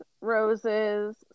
roses